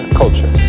culture